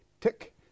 Tick